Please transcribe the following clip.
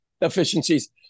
efficiencies